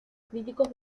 críticos